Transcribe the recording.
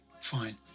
fine